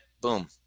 Boom